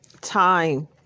time